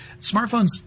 smartphones